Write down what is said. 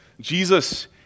Jesus